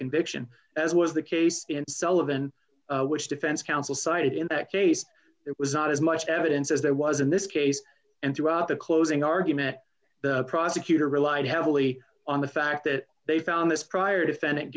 conviction as was the case in sullivan which defense counsel cited in that case it was not as much evidence as there was in this case and throughout the closing argument the prosecutor relied heavily on the fact that they found this prior defendant